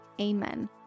amen